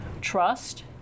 trust